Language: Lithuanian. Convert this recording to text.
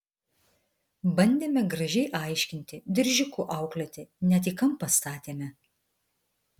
bandėme gražiai aiškinti diržiuku auklėti net į kampą statėme